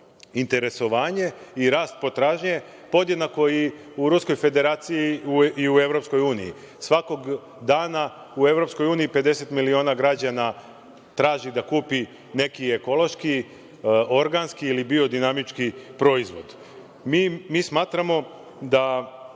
interesovanje i rast potražnje podjednako i u Ruskoj Federaciji i u EU. Svakog dana u EU 50 miliona građana traži da kupi neki ekološki, organski ili biodinamički proizvod. Smatramo da